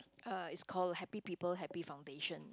uh it's call happy people happy foundation